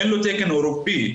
אין לו תקן אירופאי,